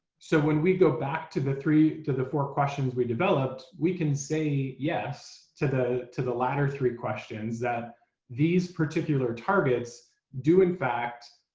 so when we go back to the three to the four questions we developed. we can say yes to the to the latter three questions. that these particular targets do in fact